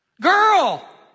Girl